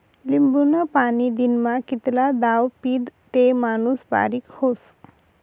लिंबूनं पाणी दिनमा कितला दाव पीदं ते माणूस बारीक व्हस?